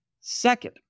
Second